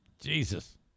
Jesus